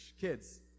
kids